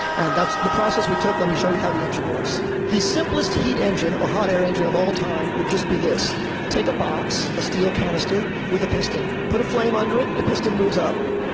and that's the process we took let me show you how the engine works. the simplest heat engine, or hot air engine, of all time would be this take a box, a steel canister, with a piston. put a flame under it, the piston moves up.